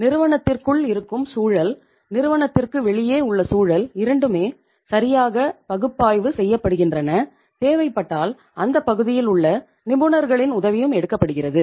நிறுவனத்திற்குள் இருக்கும் சூழல் நிறுவனத்திற்கு வெளியே உள்ள சூழல் இரண்டுமே சரியாக பகுப்பாய்வு செய்யப்படுகின்றன தேவைப்பட்டால் அந்த பகுதியில் உள்ள நிபுணர்களின் உதவியும் எடுக்கப்படுகிறது